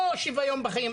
לא שוויון בחיים.